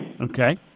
Okay